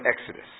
Exodus